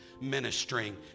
ministering